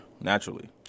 naturally